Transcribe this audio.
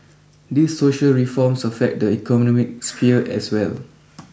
these social reforms affect the economic sphere as well